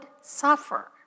suffer